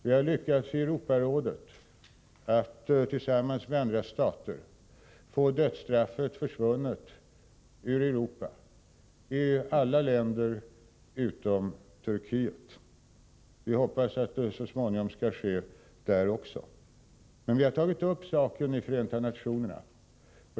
Vi har, tillsammans med andra stater, i Europarådet lyckats få dödsstraffet avskaffat i alla länder i Europa utom Turkiet. Vi hoppas att det så småningom skall ske också där. Vi har även tagit upp saken i Förenta nationerna.